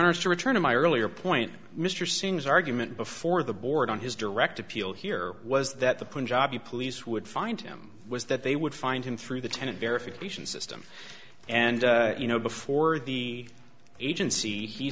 are to return to my earlier point mr seems argument before the board on his direct appeal here was that the punjabi police would find him was that they would find him through the tenant verification system and you know before the agency he